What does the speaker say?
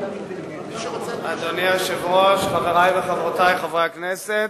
אדוני היושב-ראש, חברי וחברותי חברי הכנסת,